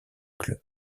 club